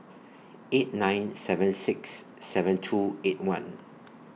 eight nine seven six seven two eight one